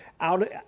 out